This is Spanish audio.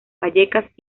vallecas